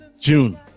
June